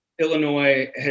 Illinois